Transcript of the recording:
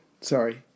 Sorry